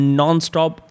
non-stop